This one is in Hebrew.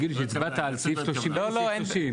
יגידו לי: "הצבעת על סעיף 30". מה זה סעיף 30?